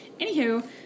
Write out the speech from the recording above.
anywho